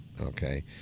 Okay